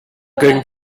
going